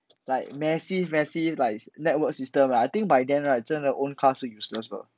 like massive massive like network system like I think by then right 真的 own car 是 useless 的